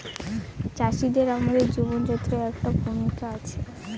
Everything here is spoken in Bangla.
চাষিদের আমাদের জীবনযাত্রায় একটা ভূমিকা আছে